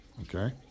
okay